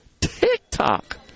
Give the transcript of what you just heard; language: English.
TikTok